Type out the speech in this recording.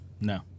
No